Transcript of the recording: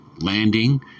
landing